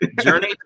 Journey